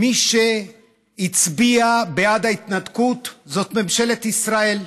מי שהצביע בעד ההתנתקות זה ממשלת ישראל,